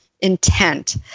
intent